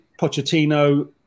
Pochettino